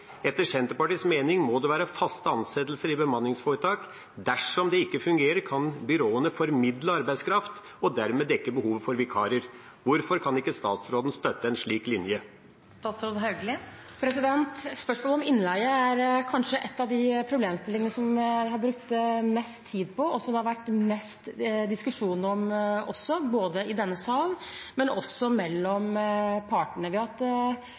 Etter Senterpartiets mening må det være faste ansettelser i bemanningsforetak. Dersom det ikke fungerer, kan byråene formidle arbeidskraft og dermed dekke behovet for vikarer. Hvorfor kan ikke statsråden støtte en slik linje? Spørsmålet om innleie er kanskje en av de problemstillingene som jeg har brukt mest tid på, og som det har vært mest diskusjon om også, både i denne sal og mellom partene. Vi har hatt